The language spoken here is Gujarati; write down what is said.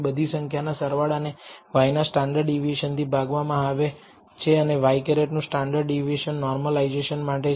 બધી સંખ્યાના સરવાળા ને y ના સ્ટાન્ડર્ડ ડેવિએશન થી ભાગવામાં આવે છે અને ŷ નું સ્ટાન્ડર્ડ ડેવિએશન નોર્મલાઈઝેશન માટે છે